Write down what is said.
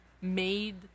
made